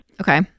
Okay